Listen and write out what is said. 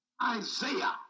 Isaiah